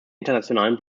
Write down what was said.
internationalen